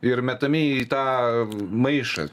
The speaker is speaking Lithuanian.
ir metami į tą maišą